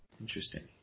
interesting